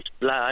blood